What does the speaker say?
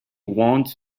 want